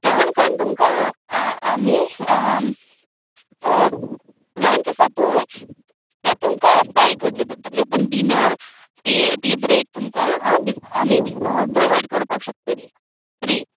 जेवण खाण तुमकां आ आमी लंच आसा पय तें तुमकां बाय करचें पडटलें पूण डिनर टी टी बर्रेक तुमकां आ आमी प्रोवाय्ड करपाक शकतलीं फ्री